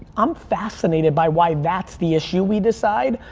i'm fascinated by why that's the issue we decide,